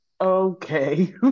Okay